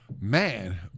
Man